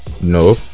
No